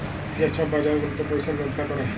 যে ছব বাজার গুলাতে পইসার ব্যবসা ক্যরে